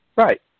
Right